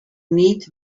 meet